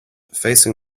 facing